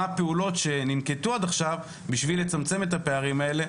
הפעולות שננקטו עד עכשיו בשביל לצמצם את הפערים האלה,